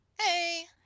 Hey